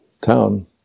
town